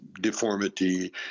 deformity